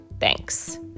Thanks